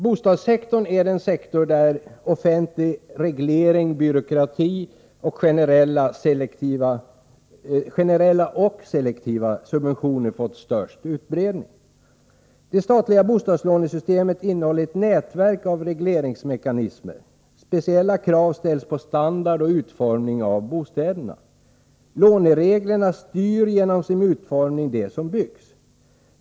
Bostadssektorn är den sektor där offentlig reglering och byråkrati samt generella och selektiva subventioner har fått störst utbredning. Det statliga bostadslånesystemet innehåller ett nätverk av regleringsmekanismer. Speciella krav ställs på standard och utformning av bostäderna. Lånereglerna styr genom sin utformning det som byggs.